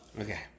okay